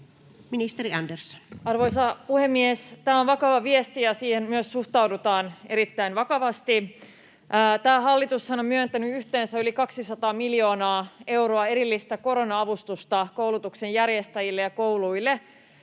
Ministeri Andersson. Arvoisa puhemies! Tämä on vakava viesti, ja siihen myös suhtaudutaan erittäin vakavasti. Tämä hallitushan on myöntänyt erillistä korona-avustusta koulutuksen järjestäjille ja kouluille